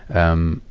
um,